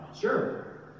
Sure